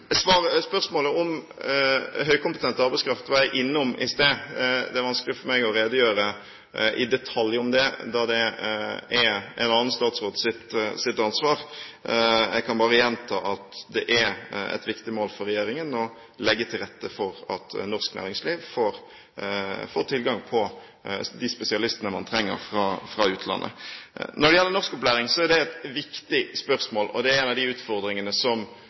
Spørsmålet om høykompetent arbeidskraft var jeg innom i sted. Det er vanskelig for meg å redegjøre i detalj om det, da det er annen statsråds ansvar. Jeg kan bare gjenta at det er et viktig mål for regjeringen å legge til rette for at norsk næringsliv får tilgang på de spesialistene man trenger fra utlandet. Når det gjelder norskopplæring, er det et viktig spørsmål, og det er en av de utfordringene som